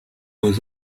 was